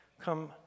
come